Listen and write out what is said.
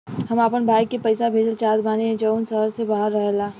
हम अपना भाई के पइसा भेजल चाहत बानी जउन शहर से बाहर रहेला